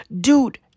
dude